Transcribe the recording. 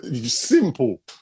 simple